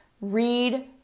Read